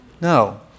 No